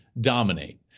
dominate